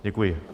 Děkuji.